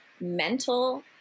mental